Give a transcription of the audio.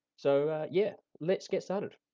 so yeah, let's get started.